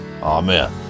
Amen